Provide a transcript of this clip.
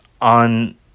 on